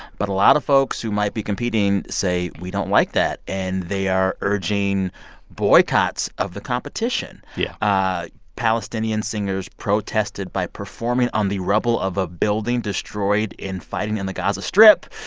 but a lot of folks who might be competing say we don't like that. and they are urging boycotts of the competition yeah ah palestinian singers protested by performing on the rubble of a building destroyed in fighting in the gaza strip.